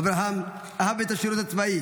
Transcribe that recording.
אברהם אהב את השירות הצבאי,